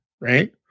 right